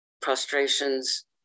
prostrations